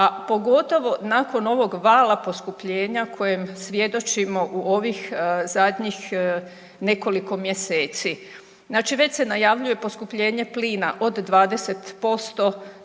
a pogotovo nakon ovog vala poskupljenja kojem svjedočimo u ovih zadnjih nekoliko mjeseci. Znači već se najavljuje poskupljenje plina od 20%